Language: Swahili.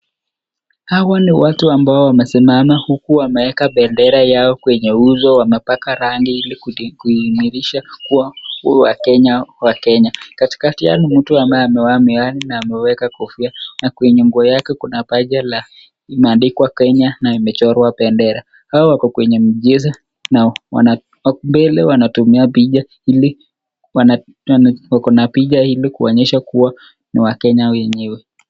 Hawa ni watu ambao wamesimama huku wameeka bendera yao kwenye uso wamepaka rangi ili kudhihirsha kua wa kenya Kenya. Katikati yao ni mtu ambaye amevaa miwani ana ameweka kofia na kwenye nguo yake kuna baji limeandikwa Kenya na imechorwa bendera. Hawa wako kwenye mchezo na mbele wako na picha ili kuonyesha kua na wakenya wenyewe.